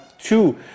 two